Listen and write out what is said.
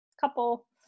couple